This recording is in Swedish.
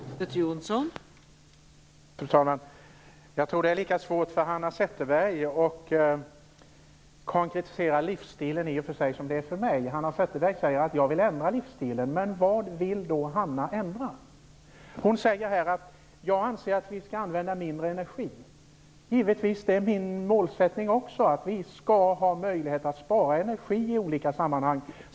Fru talman! Jag tror att det är lika svårt för Hanna Zetterberg som för mig att konkretisera begreppet livsstil. Hanna Zetterberg säger att hon vill ändra livsstilen. Men vad vill då Hanna Zetterberg ändra? Hon säger att hon anser att vi skall använda mindre energi. Givetvis är det också min målsättning att vi skall ha möjlighet att spara energi i olika sammanhang.